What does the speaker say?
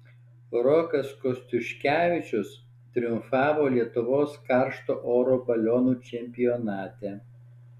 rokas kostiuškevičius triumfavo lietuvos karšto oro balionų čempionate